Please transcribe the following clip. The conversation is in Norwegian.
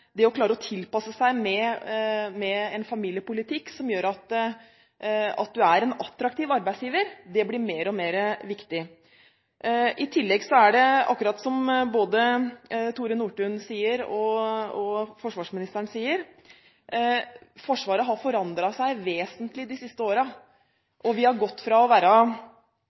det å klare å tilpasse seg, med en familiepolitikk som gjør at du er en attraktiv arbeidsgiver, blir mer og mer viktig. I tillegg er det slik – akkurat som både Tore Nordtun og forsvarsministeren sier – at Forsvaret har forandret seg vesentlig de siste årene. Forsvaret har blitt en kompetanseorganisasjon og